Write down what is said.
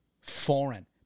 foreign